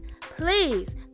please